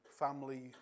Family